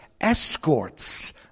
escorts